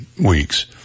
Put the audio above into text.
weeks